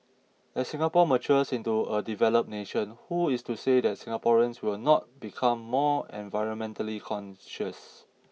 as Singapore matures into a developed nation who is to say that Singaporeans will not become more environmentally conscious